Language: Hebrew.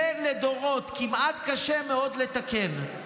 זה לדורות, קשה מאוד לתקן.